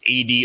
AD